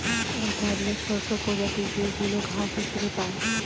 এক ধরনের শস্যের প্রজাতি যেইগুলা ঘাস হিসেবে পাই